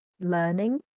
learning